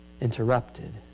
interrupted